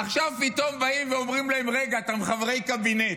עכשיו פתאום ואומרים להם: רגע, אתם חברי קבינט.